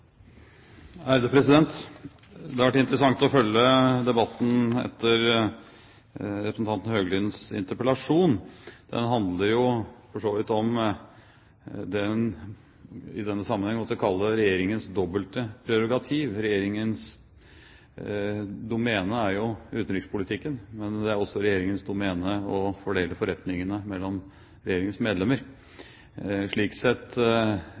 om det en kan kalle Regjeringens dobbelte prerogativ. Regjeringens domene er jo utenrikspolitikken, men det er også Regjeringens domene å fordele forretningene mellom Regjeringens medlemmer. Slik sett